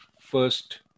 first